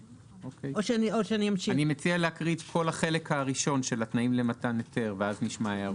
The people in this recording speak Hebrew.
אני מציע להקריא את כל החלק הראשון של התנאים למתן היתר ואז נשמע הערות.